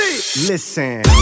Listen